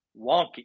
wonky